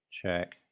Check